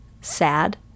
sad